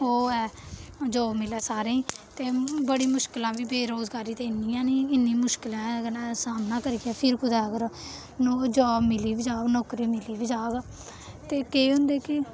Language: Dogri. ओह् है जाब मिलै सारें गी ते बड़ी मुश्कलां बी बेरोजगारी ते इ'न्नी ऐ निं इन्नी मुश्कलें दा सामना करियै फिर कुतै अगर जाब मिली बी जाह्ग नौकरी मिली बी जाह्ग ते केईं होंदे कि